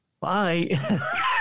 Bye